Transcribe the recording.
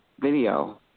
video